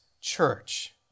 church